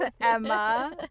Emma